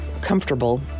Comfortable